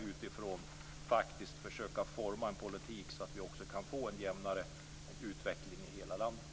Utifrån detta kan vi försöka att utforma en politik så att vi kan få en jämnare utveckling i hela landet.